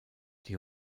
die